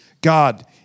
God